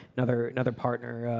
another another partner,